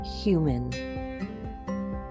human